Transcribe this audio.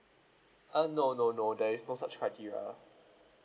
uh no no no there is no such criteria